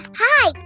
hi